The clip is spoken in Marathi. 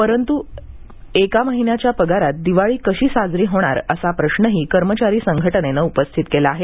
परंतु एका महिन्याच्या पगारात दिवाळी कशी साजरी होणार असा प्रश्नही कर्मचारी संघटनेने उपस्थित केला आहे